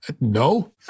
no